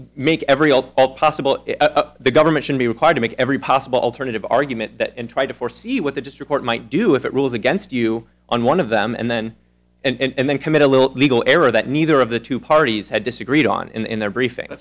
make every possible the government should be required to make every possible alternative argument and try to foresee what they just report might do if it rules against you on one of them and then and then commit a little legal error that neither of the two parties had disagreed on in their briefing